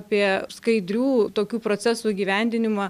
apie skaidrių tokių procesų įgyvendinimą